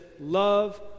love